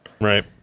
right